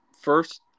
first